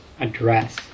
address